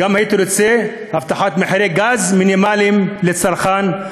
הייתי רוצה גם הבטחת מחירי גז מינימליים לצרכן,